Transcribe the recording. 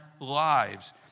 lives